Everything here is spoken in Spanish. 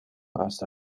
hasta